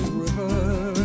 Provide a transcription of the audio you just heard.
river